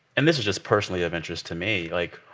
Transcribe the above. and this is just personally of interest to me. like,